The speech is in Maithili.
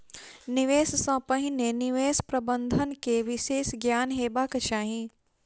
निवेश सॅ पहिने निवेश प्रबंधन के विशेष ज्ञान हेबाक चाही